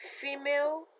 female